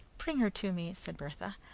bring her to me, said bertha.